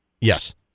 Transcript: Yes